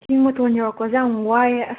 ꯆꯤꯡ ꯃꯇꯣꯟ ꯌꯧꯔꯛꯄꯁꯦ ꯌꯥꯝ ꯋꯥꯏꯌꯦ ꯑꯁ